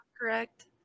correct